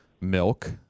milk